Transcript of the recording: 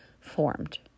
formed